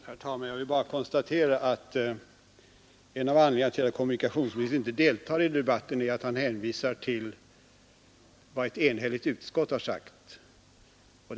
Herr talman! Jag vill bara konstatera att en av anledningarna till att kommunikationsministern inte deltar i debatten är att han hänvisar till vad ett enhälligt utskott har anfört.